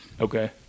Okay